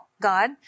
God